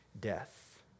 death